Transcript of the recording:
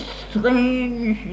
strange